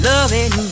Loving